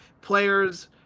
players